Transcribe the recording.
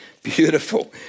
Beautiful